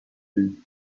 flee